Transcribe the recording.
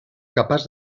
capaç